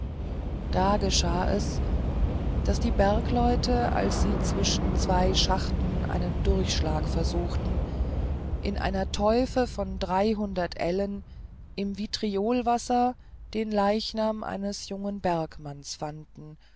da geschah es daß die bergleute als sie zwischen zwei schachten einen durchschlag versuchten in einer teufe von dreihundert ellen im vitriolwasser den leichnam eines jungen bergmanns fanden